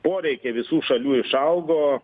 poreikiai visų šalių išaugo